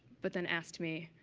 but then asked me,